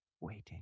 Waiting